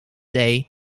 day